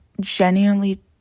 genuinely